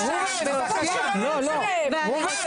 לא, לא, ראובן.